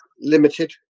limited